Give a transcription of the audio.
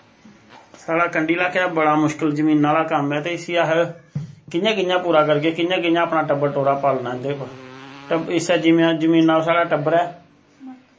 साढ़ा कंढी ल्हाके दा बड़ा मुश्कल जमीना आह्ला कम्म ऐ ते इस्सी अस कियां कियां पूरा करगे कियां कियां अपना टब्बर टोरा पालना इंदे उप्पर इस्सै जमीरा पर साढ़ा टब्बर ऐ